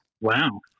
Wow